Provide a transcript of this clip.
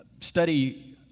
study